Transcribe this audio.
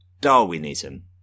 Darwinism